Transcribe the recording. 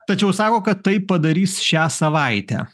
tačiau sako kad tai padarys šią savaitę